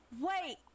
Wait